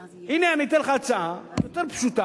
הנה, אני אתן לך הצעה יותר פשוטה